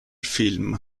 film